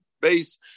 base